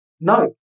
No